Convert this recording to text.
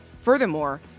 Furthermore